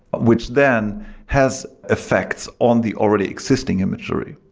which then has effects on the already existing imagery.